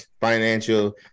financial